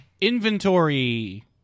Inventory